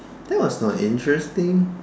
that was not interesting